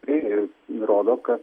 tai ir įrodo kad